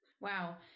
Wow